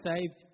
saved